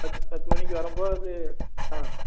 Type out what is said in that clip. பத் பத்து மணிக்கு வரும்போது ஆ